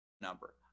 number